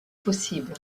possible